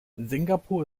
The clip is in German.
singapur